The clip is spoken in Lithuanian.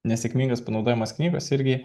nesėkmingas panaudojamos knygos irgi